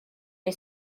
neu